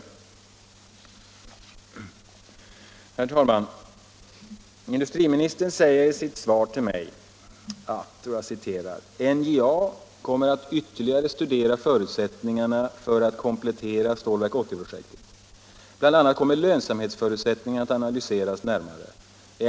Industriministern säger i sitt svar till mig att ”NJA kommer att ytterligare studera förutsättningarna för det kompletterade Stålverk 80-projektet. BI. a. kommer lönsamhetsförutsättningarna att analyseras närmare.